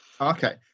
Okay